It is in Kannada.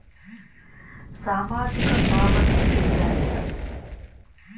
ಸಾಮಾಜಿಕ ಪಾವತಿ ಎಂದರೇನು?